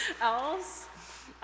else